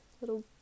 little